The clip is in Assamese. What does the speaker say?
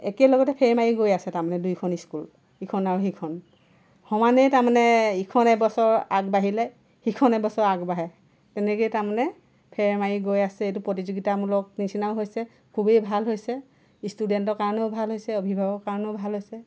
একেলগতে ফেৰ মাৰি গৈ আছে তাৰমানে দুয়োখন স্কুল ইখন আৰু সিখন সমানেই তাৰমানে ইখন এবছৰ আগবাঢ়িলে সিখন এবছৰ আগবাঢ়ে তেনেকেই তাৰমানে ফেৰ মাৰি গৈ আছে এইটো প্ৰতিযোগিতামূলক নিচিনাও হৈছে খুবেই ভাল হৈছে ইষ্টুডেন্টৰ কাৰণেও ভাল হৈছে অভিভাৱকৰ কাৰণেও ভাল হৈছে